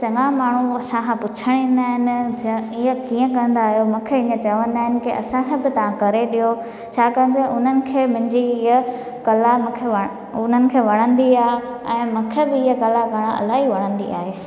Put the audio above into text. चङा माण्हू असां खां पुछण ईंदा आहिनि ईअं कीअं कंदा आहियो मूंखे ईअं चवंदा आहिनि की असां खां बि तव्हां करे ॾियो छाकाणि त उन्हनि खे मुंहिंजी इहा कला मूंखे उन्हनि खे वणंदी आहे ऐं मूंखे बि इहा कला करणु इलाही वणंदी आहे